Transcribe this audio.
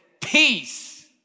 peace